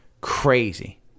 crazy